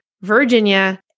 Virginia